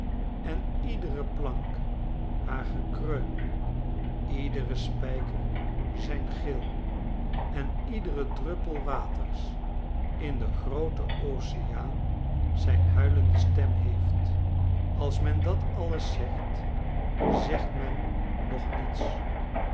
en iedere plank haar gekreun iedere spijker zijn gil en iedere druppel waters in den grooten oceaan zijn huilende stem heeft als men dat alles zegt zegt men nog niets